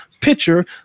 picture